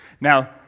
Now